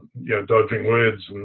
yeah dodging words,